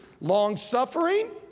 Long-suffering